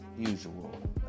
Usual